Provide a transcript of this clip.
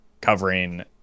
covering